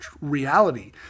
reality